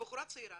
בחורה צעירה